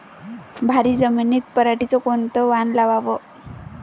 भारी जमिनीत पराटीचं कोनचं वान लावाव?